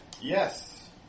Yes